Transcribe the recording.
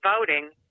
voting